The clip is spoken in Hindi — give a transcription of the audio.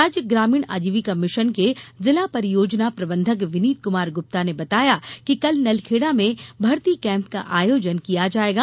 राज्य ग्रामीण अजीविका मिषन के जिला परियोजना प्रबंधक विनीत कुमार गुप्ता ने बताया कि कल नलखेड़ा में भर्ती कैम्प का आयोजन किया जायेगा